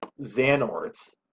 Xanort